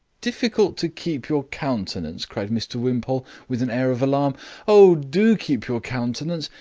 difficult to keep your countenance, cried mr wimpole, with an air of alarm oh, do keep your countenance!